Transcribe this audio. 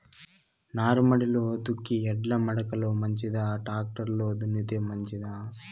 నారుమడిలో దుక్కి ఎడ్ల మడక లో మంచిదా, టాక్టర్ లో దున్నితే మంచిదా?